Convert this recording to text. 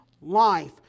life